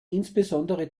insbesondere